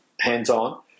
hands-on